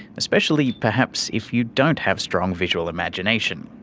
especially perhaps if you don't have strong visual imagination.